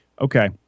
Okay